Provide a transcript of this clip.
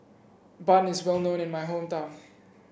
bun is well known in my hometown